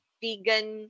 vegan